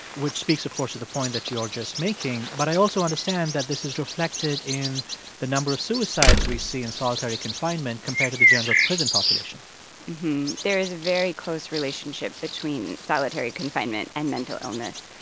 which speaks, of course, to the point that you were just making. but i also understand that this is reflected in the number of suicides we see in solitary confinement compared to the general prison population there is a very close relationship between solitary confinement and mental illness.